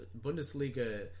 Bundesliga